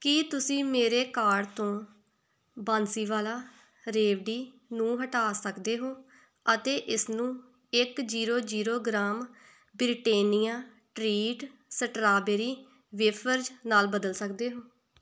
ਕੀ ਤੁਸੀਂ ਮੇਰੇ ਕਾਰਟ ਤੋਂ ਬਾਂਸੀਵਾਲਾ ਰੇਵਡੀ ਨੂੰ ਹਟਾ ਸਕਦੇ ਹੋ ਅਤੇ ਇਸਨੂੰ ਇੱਕ zero zero gram Britannia treat strawberry wafers ਨਾਲ ਬਦਲ ਸਕਦੇ ਹੋ